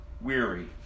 weary